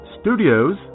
studios